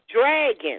dragon